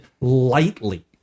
lightly